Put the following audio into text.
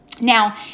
Now